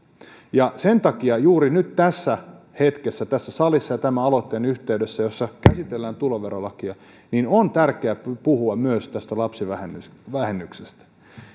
ja sen takia juuri nyt tässä hetkessä tässä salissa ja tämän aloitteen yhteydessä jossa käsitellään tuloverolakia on tärkeää puhua myös tästä lapsivähennyksestä